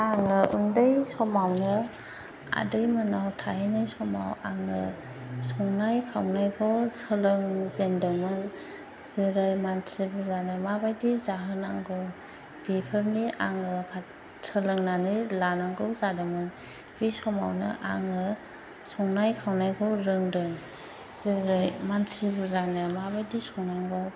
आङो उन्दै समावनो आदै मोन्नाव थाहैनाय समाव आङो संनाय खावनायखौ सोलोंजेनदोंमोन जेरै मानसि बुरजानो माबादि जाहोनांगौ बेफोरनि आङो सोलोंनानै लानांगौ जादोंमोन बे समावनो आङो संनाय खावनायखौ रोंदों जेरै मानसि बुरजानो माबादि संनांगौ